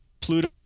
Pluto